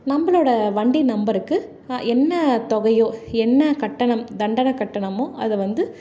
நம்பளோடய வண்டி நம்பருக்கு என்ன தொகையோ என்ன கட்டணம் தண்டனை கட்டணமோ அதை வந்து